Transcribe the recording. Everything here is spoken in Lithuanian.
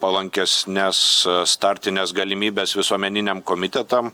palankesnes startines galimybes visuomeniniam komitetam